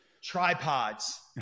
tripods